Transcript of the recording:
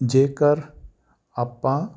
ਜੇਕਰ ਆਪਾਂ